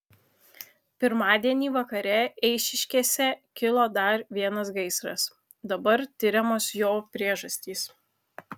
pirmadienį vakare eišiškėse kilo dar vienas gaisras dabar tiriamos jo priežastys